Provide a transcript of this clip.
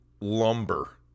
lumber